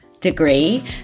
degree